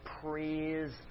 praise